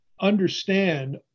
understand